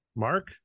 Mark